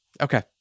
Okay